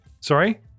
sorry